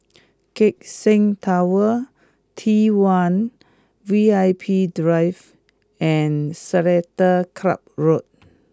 Keck Seng Tower T one V I P Drive and Seletar Club Road